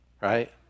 right